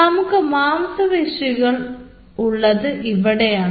നമുക്ക് മാംസപേശികൾ ഉള്ളത് ഇവിടെയാണ്